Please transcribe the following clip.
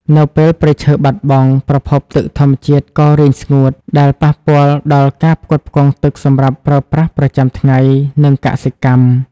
នៅពេលព្រៃឈើបាត់បង់ ប្រភពទឹកធម្មជាតិក៏រីងស្ងួត ដែលប៉ះពាល់ដល់ការផ្គត់ផ្គង់ទឹកសម្រាប់ប្រើប្រាស់ប្រចាំថ្ងៃ និងកសិកម្ម។